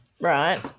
Right